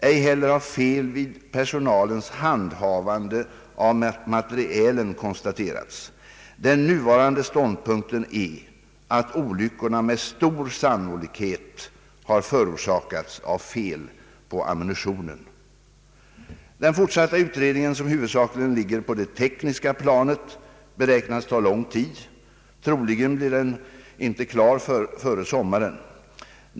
Ej heller har fel vid personalens handhavande av materielen konstaterats. Den nuvarande ståndpunkten är att olyckorna med stor sannolikhet har förorsakats av fel på ammunitionen. Den fortsatta utredningen som huvudsakligen ligger på det tekniska planet beräknas ta lång tid — troligen blir den ej klar före sommaren.